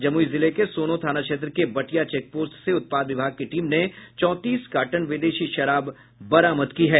जमुई जिले के सोनो थाना क्षेत्र के बटिया चेकपोस्ट से उत्पाद विभाग की टीम ने चौंतीस कार्टन विदेशी शराब बरामद की है